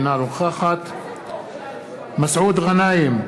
אינה נוכחת מסעוד גנאים,